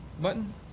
button